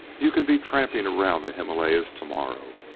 you can be tramping around the himalayas to-morrow.